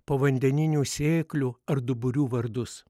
povandeninių sėklių ar duburių vardus